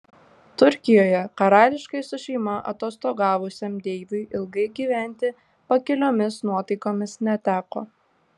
turkijoje karališkai su šeima atostogavusiam deiviui ilgai gyventi pakiliomis nuotaikomis neteko